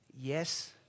yes